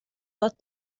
dos